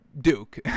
Duke